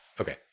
Okay